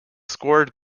scored